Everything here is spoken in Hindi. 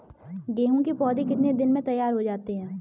गेहूँ के पौधे कितने दिन में तैयार हो जाते हैं?